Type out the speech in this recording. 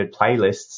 playlists